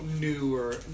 newer